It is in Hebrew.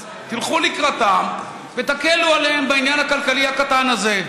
אז תלכו לקראתם ותקלו עליהם בעניין הכלכלי הקטן הזה.